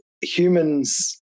humans